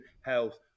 health